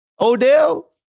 Odell